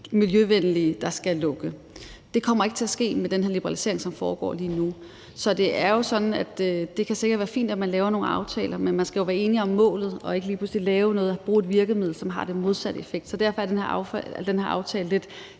miljøvenlige, der skal lukke. Det kommer ikke til at ske med den her liberalisering, som foregår lige nu. Det kan sikkert være fint, at man laver nogle aftaler, men man skal jo være enige om målet og ikke lige pludselig bruge et virkemiddel, som har den modsatte effekt. Så derfor er den her aftale lidt